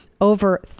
Over